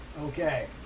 okay